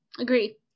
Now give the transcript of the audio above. Agree